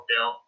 bill